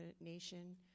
nation